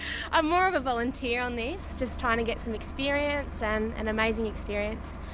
i'm more of a volunteer on this, just trying to get some experience and an amazing experience,